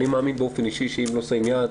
אני מאמין באופן אישי שאם לא שמים יעד